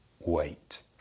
wait